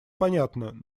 понятно